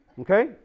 okay